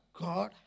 God